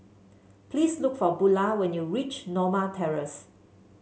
please look for Bula when you reach Norma Terrace